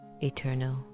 eternal